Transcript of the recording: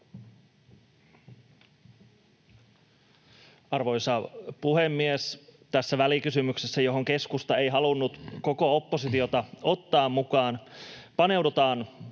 Arvoisa puhemies! Tässä välikysymyksessä, johon keskusta ei halunnut koko oppositiota ottaa mukaan, paneudutaan